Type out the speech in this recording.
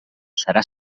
serà